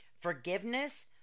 forgiveness